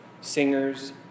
singers